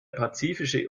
pazifische